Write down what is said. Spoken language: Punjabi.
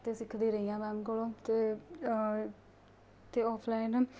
ਅਤੇ ਸਿੱਖਦੀ ਰਹੀ ਹਾਂ ਮੈਮ ਕੋਲੋਂ ਅਤੇ ਅਤੇ ਔਫਲਾਈਨ